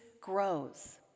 grows